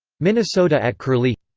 minnesota at curlie